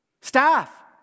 Staff